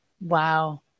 Wow